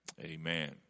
Amen